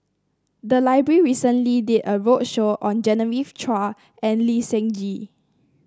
the library recently did a roadshow on Genevieve Chua and Lee Seng Gee